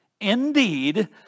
Indeed